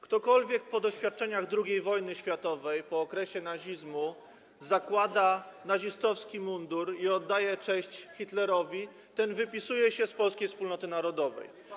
Ktokolwiek po doświadczeniach II wojny światowej, po okresie nazizmu zakłada nazistowski mundur i oddaje cześć Hitlerowi, ten wypisuje się z polskiej wspólnoty narodowej.